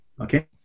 Okay